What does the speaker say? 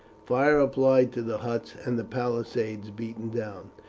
fire applied to the huts, and the palisades beaten down.